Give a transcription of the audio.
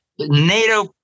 NATO –